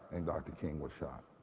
and dr. king was shot.